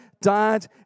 died